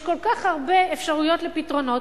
יש כל כך הרבה אפשרויות לפתרונות,